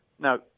Now